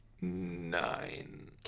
Nine